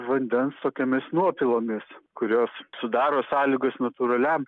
vandens tokiomis nuopilomis kurios sudaro sąlygas natūraliam